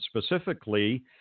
specifically